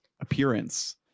appearance